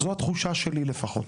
זאת התחושה שלי לפחות.